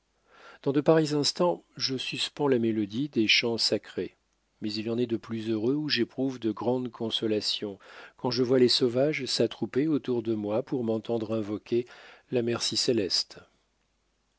dans de pareils instants je suspends la mélodie des chants sacrés mais il en est de plus heureux où j'éprouve de grandes consolations quand je vois les sauvages s'attrouper autour de moi pour m'entendre invoquer la merci céleste